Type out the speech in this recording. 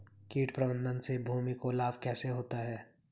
कीट प्रबंधन से भूमि को लाभ कैसे होता है?